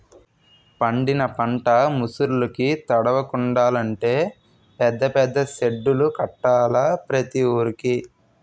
పండిన పంట ముసుర్లుకి తడవకుండలంటే పెద్ద పెద్ద సెడ్డులు కట్టాల ప్రతి వూరికి